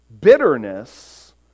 bitterness